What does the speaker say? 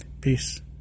Peace